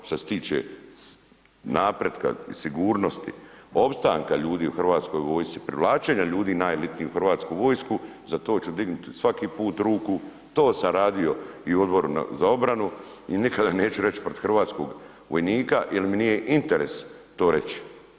Što se tiče napretka i sigurnosti, opstanka ljudi u hrvatskoj vojsci, privlačenja ljudi u najelitniju hrvatsku vojsku, za to ću dignuti svaki put ruku, to sam radio i u Odboru za obranu i nikada neću reći protiv hrvatskog vojnika jer mi nije interes to reći.